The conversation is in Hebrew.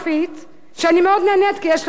ואני מאוד נהנית כי יש לו ילד מקסים.